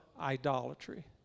idolatry